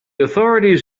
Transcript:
authorities